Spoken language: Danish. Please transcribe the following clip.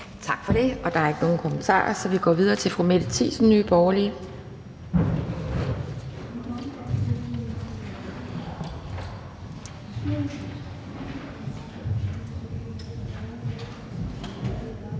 Tak for det. Der er ikke nogen kommentarer, så vi går videre til fru Mette Thiesen, Nye Borgerlige.